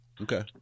Okay